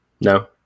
No